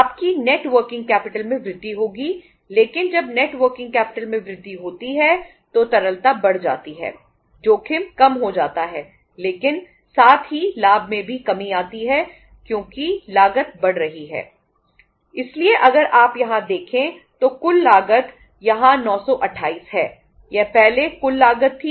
आपकी net working capital थी